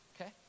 Okay